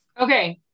okay